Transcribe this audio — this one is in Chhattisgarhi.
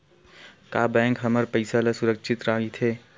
का बैंक म हमर पईसा ह सुरक्षित राइथे?